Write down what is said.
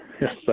Yes